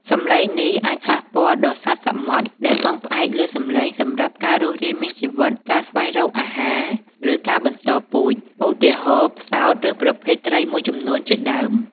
សំឡេងទាំងនេះអាចប៉ះពាល់ដល់សត្វសមុទ្រដែលពឹងផ្អែកលើសំឡេងសម្រាប់ការរស់រានមានជីវិត ការស្វែងរកអាហារ ឬការបន្តពូជ ឧទាហរណ៍ ផ្សោត ឬប្រភេទត្រីមួយចំនួនជាដើម។